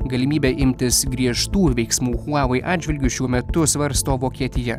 galimybė imtis griežtų veiksmų huavei atžvilgiu šiuo metu svarsto vokietija